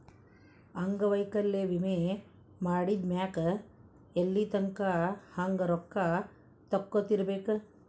ಅಂಗವೈಕಲ್ಯ ವಿಮೆ ಮಾಡಿದ್ಮ್ಯಾಕ್ ಎಲ್ಲಿತಂಕಾ ಹಂಗ ರೊಕ್ಕಾ ಕಟ್ಕೊತಿರ್ಬೇಕ್?